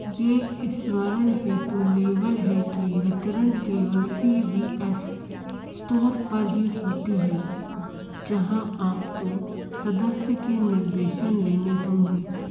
यह स्मरण हेतु लेबल है कि वितरण केवल सी वी एस इस्तोर पर ही होती है जहाँ आपको सदस्य के निर्देशन लेने होंगे